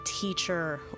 teacher